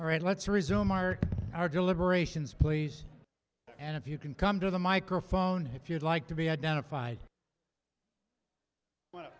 all right let's resume our our deliberations please and if you can come to the microphone if you'd like to be identified well